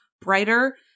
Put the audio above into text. brighter